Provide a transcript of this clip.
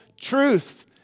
truth